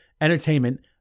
entertainment